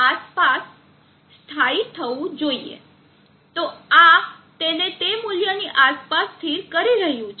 તો આ તેને તે મૂલ્યની આસપાસ સ્થિર કરી રહ્યું છે